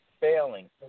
failing